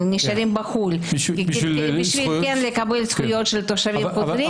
נשארים בחו"ל בשביל לקבל זכויות של תושבים חוזרים.